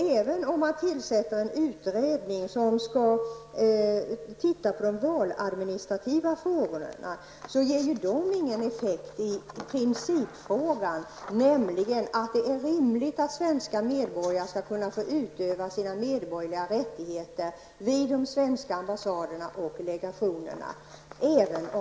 Även om man tillsätter en utredning, som skall studera de valadministrativa frågorna, får det ingen effekt för principfrågan, nämligen att svenska medborgare, även om de befinner sig i ett annat land, skall kunna personligen utöva sina medborgerliga rättigheter vid de svenska ambassaderna och legationerna.